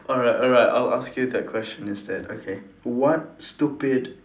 alright alright I'll ask you that question instead okay what stupid